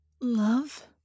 love